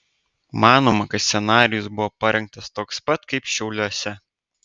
manoma kad scenarijus buvo parengtas toks pat kaip šiauliuose